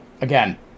again